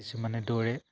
কিছুমানে দৌৰে